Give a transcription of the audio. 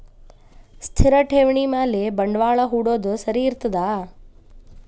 ಸ್ಥಿರ ಠೇವಣಿ ಮ್ಯಾಲೆ ಬಂಡವಾಳಾ ಹೂಡೋದು ಸರಿ ಇರ್ತದಾ?